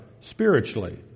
spiritually